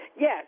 Yes